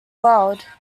world